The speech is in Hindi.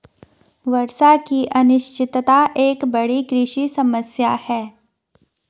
वर्षा की अनिश्चितता एक बड़ी कृषि समस्या है